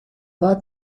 war